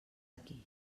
aquí